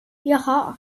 jaha